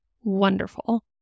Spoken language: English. wonderful